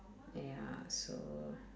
ya so